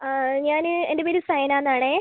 അ ഞാന് എൻ്റെ പേര് സയനാന്നാണേ